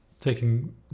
taking